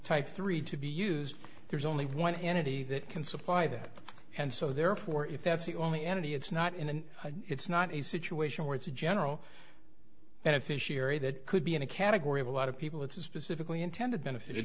type three to be used there's only one entity that can supply that and so therefore if that's the only entity it's not in and it's not a situation where it's a general beneficiary that could be in a category of a lot of people it's a specifically intended benefit